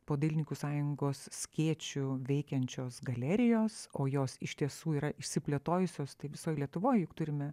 po dailininkų sąjungos skėčiu veikiančios galerijos o jos iš tiesų yra išsiplėtojusios tai visoj lietuvoj juk turime